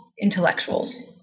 intellectuals